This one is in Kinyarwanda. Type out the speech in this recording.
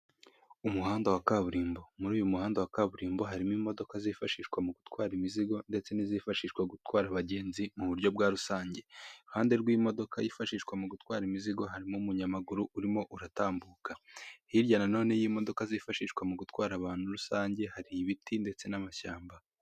Umuhanda wa kaburimbo muri uyu muhanda wa kaburimbo harimo imodoka zifashishwa mu gutwara imizigo ndetse n'izifashishwa gutwara abagenzi mu buryo bwa rusange, iruhande rw'imodoka yifashishwa mu gutwara imizigo, harimo umunyamaguru urimo uratambuka. Hirya nanone y'imodoka zifashishwa mu gutwara abantu rusange hari ibiti ndetse n'amashyamba.